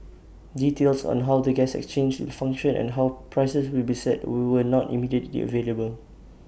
details on how the gas exchange will function and how prices will be set we were not immediately the available